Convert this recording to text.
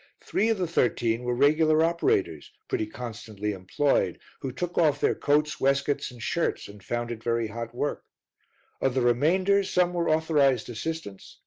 three of the thirteen were regular operators, pretty constantly employed, who took off their coats, waistcoats and shirts, and found it very hot work of the remainder some were authorized assistants,